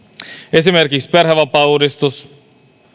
esimerkiksi perhevapaauudistus